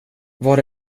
var